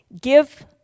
Give